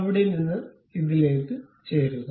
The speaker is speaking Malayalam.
അവിടെ നിന്ന് ഇതിലേക്ക് ചേരുക